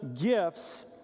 gifts